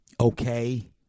Okay